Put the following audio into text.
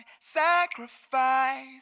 sacrifice